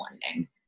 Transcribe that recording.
blending